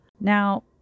Now